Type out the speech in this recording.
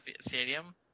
stadium